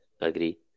agree